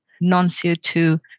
non-CO2